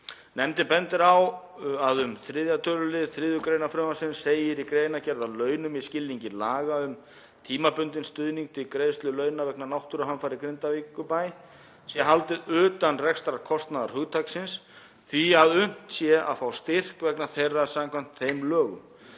Nefndin bendir á að um 3. tölulið 3. gr. frumvarpsins segi í greinargerð að launum í skilningi laga um tímabundinn stuðning til greiðslu launa vegna náttúruhamfara í Grindavíkurbæ sé haldið utan rekstrarkostnaðarhugtaksins því að unnt sé að fá styrk vegna þeirra samkvæmt þeim lögum.